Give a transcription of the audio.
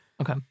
Okay